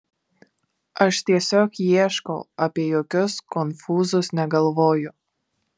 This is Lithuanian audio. aš tiesiog ieškau apie jokius konfūzus negalvoju